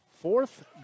fourth